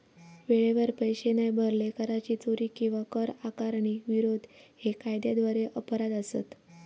वेळेवर पैशे नाय भरले, कराची चोरी किंवा कर आकारणीक विरोध हे कायद्याद्वारे अपराध असत